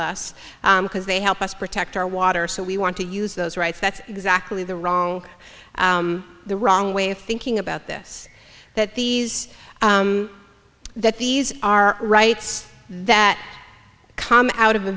us because they help us protect our water so we want to use those rights that's exactly the wrong the wrong way of thinking about this that these that these are rights that come out of a